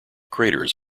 craters